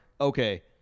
okay